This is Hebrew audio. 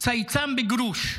צייצן בגרוש.